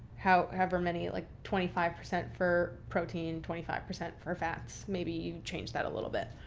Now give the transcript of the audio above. how however many, like twenty five percent for protein, twenty five percent for fats. maybe you change that a little bit.